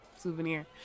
Souvenir